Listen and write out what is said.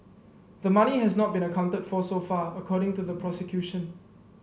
the money has not been accounted for so far according to the prosecution